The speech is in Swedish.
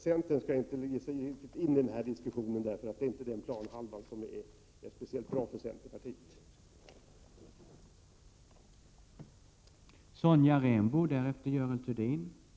Centern skall inte ge sig in i den här diskussionen. Det är inte Prot. 1987/88:136 speciellt bra för partiet att uppehålla sig på den planhalvan. 8 juni 1988